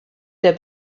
der